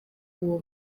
uwo